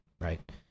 right